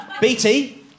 BT